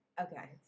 okay